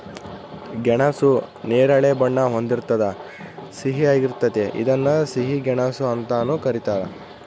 ಗೆಣಸು ನೇರಳೆ ಬಣ್ಣ ಹೊಂದಿರ್ತದ ಸಿಹಿಯಾಗಿರ್ತತೆ ಇದನ್ನ ಸಿಹಿ ಗೆಣಸು ಅಂತಾನೂ ಕರೀತಾರ